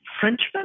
Frenchman